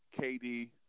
KD